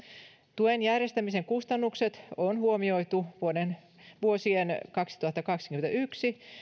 tuen järjestämisen kustannukset on huomioitu vuosien kaksituhattakaksikymmentäyksi